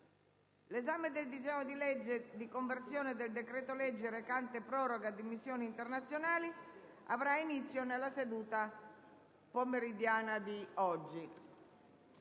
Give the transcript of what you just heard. l'esame del disegno di legge di conversione del decreto-legge recante proroga di missioni internazionali avrà inizio nella seduta pomeridiana di oggi.